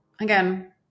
Again